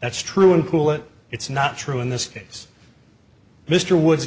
that's true and cool that it's not true in this case mr woods